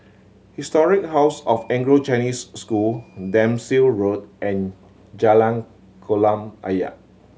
Historic House of Anglo Chinese School Dempsey Road and Jalan Kolam Ayer